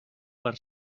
per